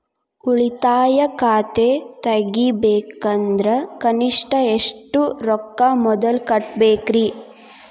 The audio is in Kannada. ಉಳಿತಾಯ ಖಾತೆ ತೆಗಿಬೇಕಂದ್ರ ಕನಿಷ್ಟ ಎಷ್ಟು ರೊಕ್ಕ ಮೊದಲ ಕಟ್ಟಬೇಕ್ರಿ?